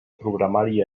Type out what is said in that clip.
programari